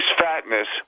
fatness